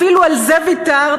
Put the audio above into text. אפילו על זה ויתרתם,